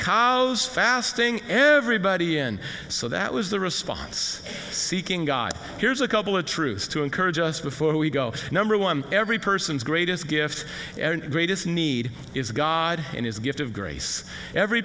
those fasting everybody in so that was the response seeking god here's a couple of truth to encourage us before we go number one every person's greatest gift greatest need is god and his gift of grace every